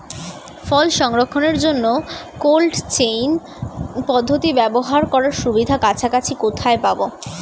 ফল সংরক্ষণের জন্য cold chain পদ্ধতি ব্যবহার করার সুবিধা কাছাকাছি কোথায় পাবো?